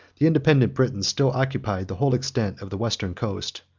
the independent britons still occupied the whole extent of the western coast,